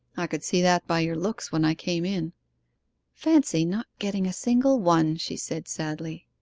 i could see that by your looks when i came in fancy not getting a single one she said sadly.